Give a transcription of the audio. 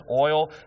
oil